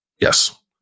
Yes